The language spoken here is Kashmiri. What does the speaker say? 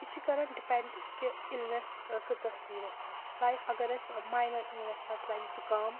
یہِ چھُ کران ڈِپیٚنڈ کہِ اِلنیٚس ٲں کۭژاہ سیٖریَس آسہِ لایِک اگر اسہِ ماینَر اِلنیٚس آسہِ لایِک زُکام